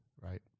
Right